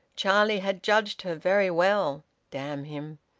charlie had judged her very well damn him!